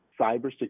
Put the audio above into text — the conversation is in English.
cybersecurity